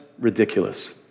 Ridiculous